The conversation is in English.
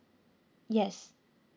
yes